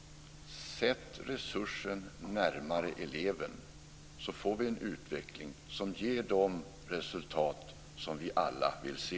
Sätt resursen närmare eleven så får vi en utveckling som ger de resultat som vi alla vill se.